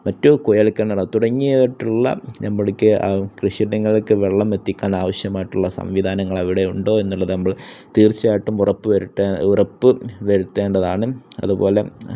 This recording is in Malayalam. മറ്റു കുഴൽ കിണറോ തുടങ്ങിയിട്ടുള്ള നമ്മൾക്ക് കൃഷിയിടങ്ങൾക്ക് വെള്ളം എത്തിക്കാൻ ആവശ്യമായിട്ടുള്ള സംവിധാനങ്ങൾ അവിടെ ഉണ്ടോ എന്നുള്ളത് നമ്മൾ തീർച്ചയായിട്ടും ഉറപ്പ് വരു ഉറപ്പ് വരുത്തേണ്ടതാണ് അതുപോലെ